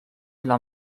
dla